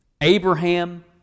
Abraham